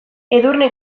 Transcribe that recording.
edurne